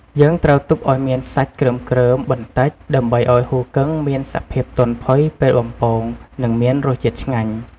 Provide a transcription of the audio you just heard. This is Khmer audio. យើងត្រូវទុកឱ្យមានសាច់គ្រើមៗបន្តិច ដើម្បីឱ្យហ៊ូគឹងមានសភាពទន់ផុយពេលបំពង និងមានរសជាតិឆ្ងាញ់។